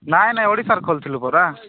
ନାଇଁ ନାଇଁ ଓଡ଼ିଶାରୁ କହୁଥିଲୁ ପରା